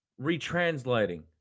retranslating